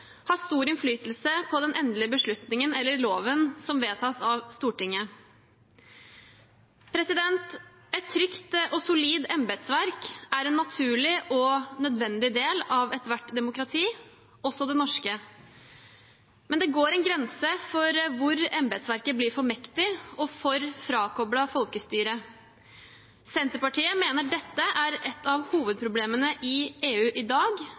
har stor innflytelse på den endelige beslutningen eller loven som vedtas av Stortinget. Et trygt og solid embetsverk er en naturlig og nødvendig del av ethvert demokrati, også det norske. Men det går en grense der embetsverket blir for mektig og for frakoblet folkestyret. Senterpartiet mener dette er et av hovedproblemene i EU i dag,